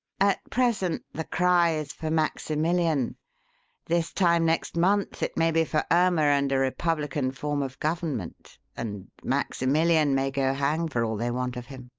at present the cry is for maximillian this time next month it may be for irma and a republican form of government, and maximillian may go hang for all they want of him.